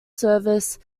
service